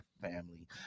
family